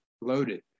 loaded